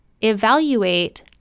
evaluate